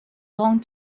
long